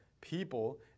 people